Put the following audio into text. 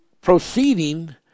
proceeding